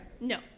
No